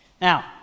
now